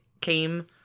came